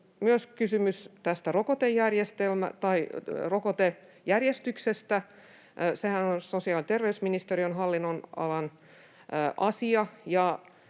myös kysymys rokotejärjestyksestä. Sehän on sosiaali- ja terveysministeriön hallinnonalan asia,